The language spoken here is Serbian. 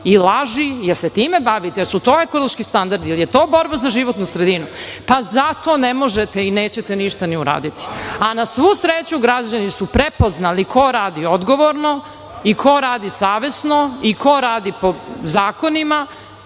i laži. Jel se time bavite? Jel su to ekološki standardi? Jel je to borba za životnu sredinu? Zato ne možete i nećete ništa uraditi. Na svu sreću, građani su prepoznali ko radi odgovorno i ko radi savesno i ko radi po zakonima